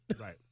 right